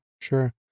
sure